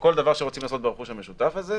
כל דבר שרוצים לעשות ברכוש המשותף הזה,